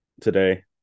today